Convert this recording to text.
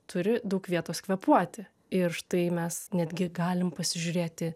turi daug vietos kvėpuoti ir štai mes netgi galim pasižiūrėti